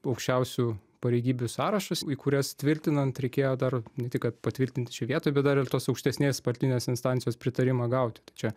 aukščiausių pareigybių sąrašas į kurias tvirtinant reikėjo dar ne tik kad patvirtinti čia vietoj bet dar ir tos aukštesnės partinės instancijos pritarimą gauti tai čia